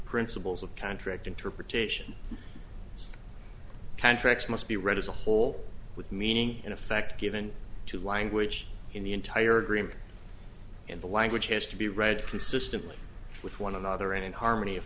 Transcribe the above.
principles of contract interpretation contracts must be read as a whole with meaning in effect given to language in the entire agreement and the language has to be read consistently with one another and in harmony